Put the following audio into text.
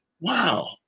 Wow